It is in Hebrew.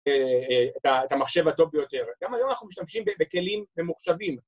את המחשב הטוב ביותר, גם היום אנחנו משתמשים בכלים ממוחשבים